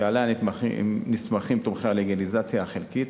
שעליה נסמכים תומכי הלגליזציה החלקית,